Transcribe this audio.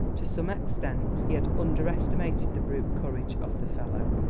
to some extent he had underestimated the brute courage of the fellow,